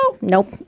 nope